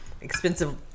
expensive